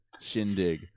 shindig